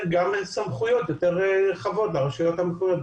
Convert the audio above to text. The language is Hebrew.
סמכויות יותר רחבות לרשויות המקומיות.